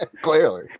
clearly